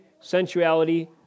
sensuality